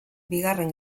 bigarren